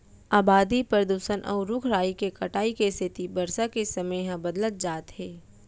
अबादी, परदूसन, अउ रूख राई के कटाई के सेती बरसा के समे ह बदलत जात हे